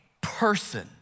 person